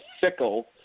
fickle